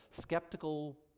skeptical